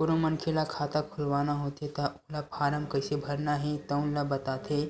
कोनो मनखे ल खाता खोलवाना होथे त ओला फारम कइसे भरना हे तउन ल बताथे